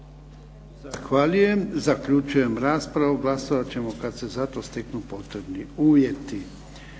Hvala